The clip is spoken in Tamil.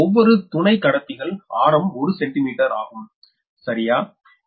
இந்த ஓவ்வொரு துணை கடத்திகள் ஆரம் ஒரு சென்டிமீட்டர் ஆகும் சரியா